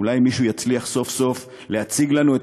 אולי מישהו יצליח סוף-סוף להציג לנו את